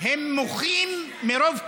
הם מוחים מרוב כאב.